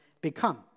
become